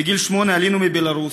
בגיל שמונה עלינו מבלרוס.